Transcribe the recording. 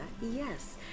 Yes